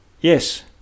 yes